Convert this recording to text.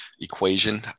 equation